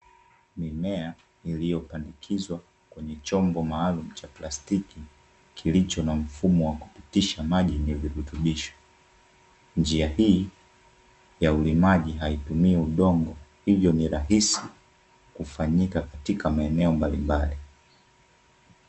Mimea iliyapandikizwa kwenye chombo maalumu cha plastiki kilicho na mfumo wa kupitisha maji yenye virutubisho. Njia hii ya ulimaji haitumii udongo hivyo ni rahisi kufanyika katika maeneo mbalimbali.